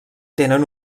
tenen